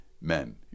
men